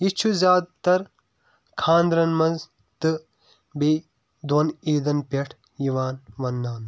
یہِ چھُ زیادٕ تَر خانٛدرَن منٛز تہٕ بیٚیہِ دۄن عیٖدن پٮ۪ٹھ یِوان وَنناونہٕ